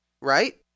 right